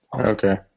Okay